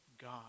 God